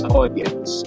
audience